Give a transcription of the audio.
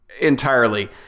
entirely